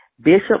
Bishop